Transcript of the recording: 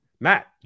Matt